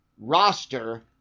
roster